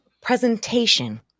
presentation